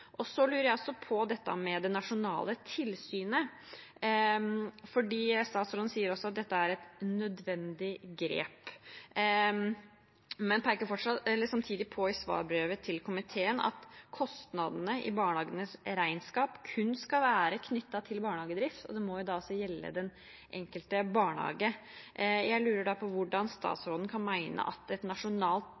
lurer også på noe om det nasjonale tilsynet. Statsråden sier at dette er et nødvendig grep, men i svarbrevet til komiteen pekes det på at kostnadene i barnehagenes regnskap kun skal være knyttet til barnehagedrift. Det må jo da gjelde den enkelte barnehage. Jeg lurer da på hvordan statsråden kan mene at et nasjonalt